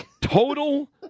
Total